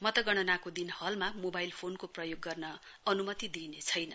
मतगणनाको दिन हलमा मोबाईल फोनको प्रयोग गर्न अन्मति दिइने छैन